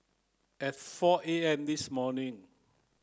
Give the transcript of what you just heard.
at four A M this morning